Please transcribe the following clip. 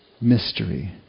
mystery